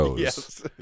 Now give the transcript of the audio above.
Yes